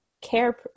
care